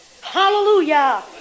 Hallelujah